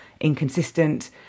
inconsistent